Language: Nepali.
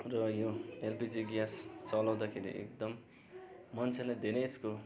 र यो एलपिजी ग्यास चलाउँदाखेरि एकदम मान्छेले धेरै यसको